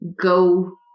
go